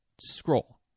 scroll